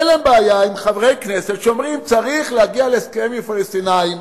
אין להם בעיה עם חברי כנסת שאומרים: צריך להגיע להסכם עם הפלסטינים,